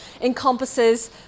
encompasses